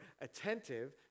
attentive